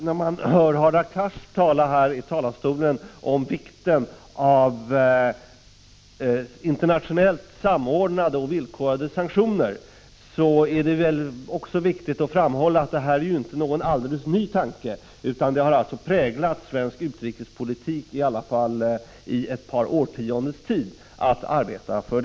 När man hör Hadar Cars från talarstolen tala om vikten av internationellt samordnade och villkorade sanktioner är det viktigt att framhålla att detta inte är någon alldeles ny tanke, utan arbetet för detta har präglat svensk utrikespolitik i åtminstone ett par årtionden. När Karin Söder — Prot.